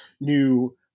new